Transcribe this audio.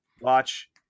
watch